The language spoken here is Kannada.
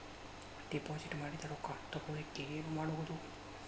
ಡಿಪಾಸಿಟ್ ಮಾಡಿದ ರೊಕ್ಕ ತಗೋಳಕ್ಕೆ ಏನು ಮಾಡೋದು?